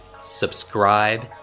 Subscribe